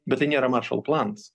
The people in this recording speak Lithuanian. bet tai nėra maršalo planas